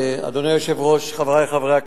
1 2. אדוני היושב-ראש, חברי חברי הכנסת,